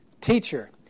teacher